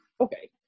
okay